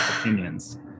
opinions